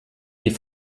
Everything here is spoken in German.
die